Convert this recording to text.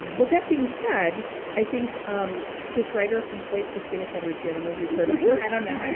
with that being said i think um this writer from slate christina kitteridge yeah and i know if you've heard of her i don't know.